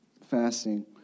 fasting